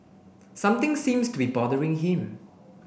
something seems to be bothering him